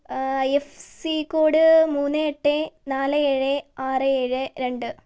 I F S C code മൂന്ന് എട്ട് നാല് ഏഴ് ആറ് ഏഴ് രണ്ട്